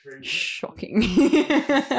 shocking